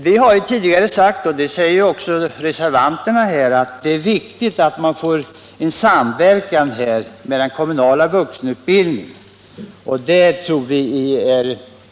Vi har tidigare uttalat — och det gör nu även reservanterna — att det är viktigt att man får till stånd en samverkan med den kommunala vuxenutbildningen.